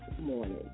morning